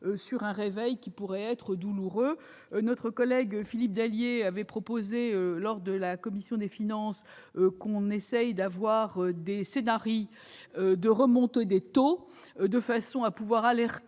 sur un réveil qui pourrait être douloureux. Notre collègue Philippe Dallier avait proposé à la commission des finances d'élaborer des scenarii de remontée des taux, de façon à pouvoir alerter